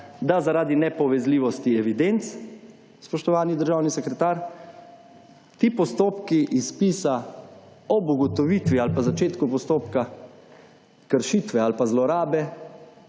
da zaradi nepovezljivosti evidenc, spoštovani državni sekretar, ti postopki iz spisa ob ugotovitvi ali pa začetku postopka kršitve ali pa zlorabe